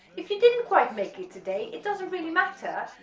if you didn't quite make it today it doesn't really matter,